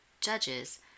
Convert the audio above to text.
judges